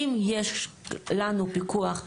אם יש לנו פיקוח,